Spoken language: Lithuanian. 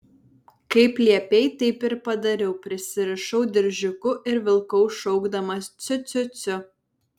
kaip liepei taip ir padariau prisirišau diržiuku ir vilkau šaukdamas ciu ciu ciu